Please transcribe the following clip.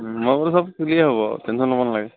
চব হ'ব টেনশ্য়ন ল'ব নালাগে